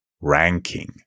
ranking